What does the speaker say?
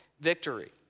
victory